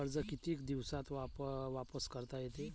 कर्ज कितीक दिवसात वापस करता येते?